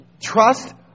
Trust